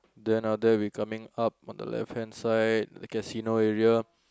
then after that we coming up on the left hand side the casino area